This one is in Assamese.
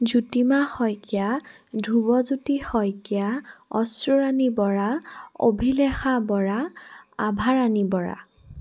জ্যোতিমা শইকীয়া ধ্ৰুৱজ্যোতি শইকীয়া অশ্ৰানী বৰা অভিলেখ বৰা আভাৰণী বৰা